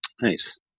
nice